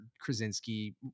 Krasinski